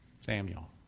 Samuel